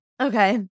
Okay